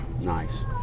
Nice